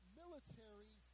military